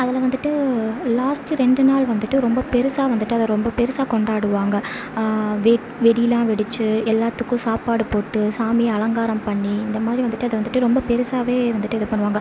அதில் வந்துவிட்டு லாஸ்ட்டு ரெண்டு நாள் வந்துவிட்டு ரொம்ப பெருசாக வந்துவிட்டு அதை ரொம்ப பெருசாக கொண்டாடுவாங்க வெ வெடிலாம் வெடிச்சு எல்லாத்துக்கும் சாப்பாடு போட்டு சாமியை அலங்காரம் பண்ணி இந்தமாதிரி வந்துவிட்டு அதை வந்துவிட்டு ரொம்ப பெருசாகவே வந்துவிட்டு இது பண்ணுவாங்க